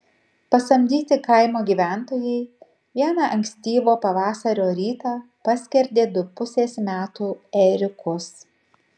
pasamdyti kaimo gyventojai vieną ankstyvo pavasario rytą paskerdė du pusės metų ėriukus